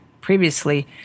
previously